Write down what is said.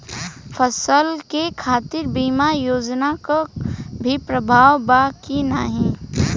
फसल के खातीर बिमा योजना क भी प्रवाधान बा की नाही?